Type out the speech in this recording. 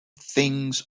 things